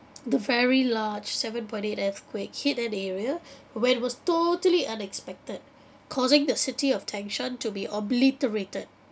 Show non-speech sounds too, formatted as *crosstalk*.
the very large seven point eight earthquake hit that area *breath* where it was totally unexpected causing the city of tangshan to be obliterated